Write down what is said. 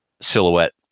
silhouette